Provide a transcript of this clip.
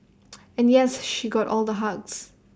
and yes she got all the hugs